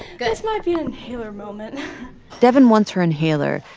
good this might be an inhaler moment devyn wants her inhaler,